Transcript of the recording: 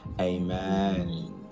Amen